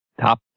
top